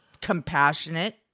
compassionate